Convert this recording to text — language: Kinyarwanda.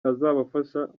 azabafasha